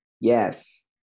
Yes